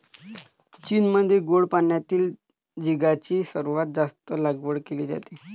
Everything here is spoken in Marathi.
चीनमध्ये गोड पाण्यातील झिगाची सर्वात जास्त लागवड केली जाते